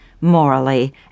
morally